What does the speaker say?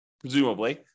presumably